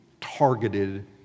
targeted